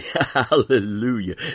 hallelujah